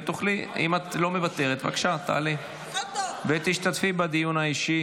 אם את לא מוותרת, בבקשה, תעלי ותשתתפי בדיון האישי